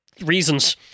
Reasons